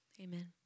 Amen